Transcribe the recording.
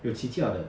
有起价的